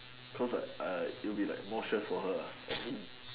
cause like it will be more stress for her